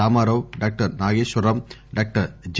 Ramarao doctor Nageswararao doctor J